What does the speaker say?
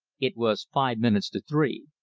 it was five minutes to three.